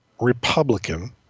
Republican